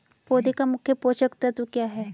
पौधे का मुख्य पोषक तत्व क्या हैं?